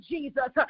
Jesus